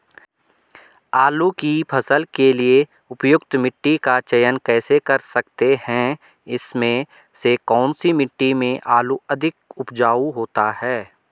आलू की फसल के लिए उपयुक्त मिट्टी का चयन कैसे कर सकते हैं इसमें से कौन सी मिट्टी में आलू अधिक उपजाऊ होता है?